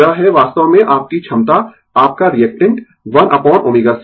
तो यह है वास्तव में आपकी क्षमता आपका रीएक्टेन्ट 1 अपोन ωc